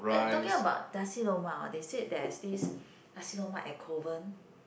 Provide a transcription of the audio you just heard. eh talking about Nasi-Lemak hor they said there is this Nasi-Lemak at Kovan